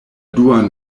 duan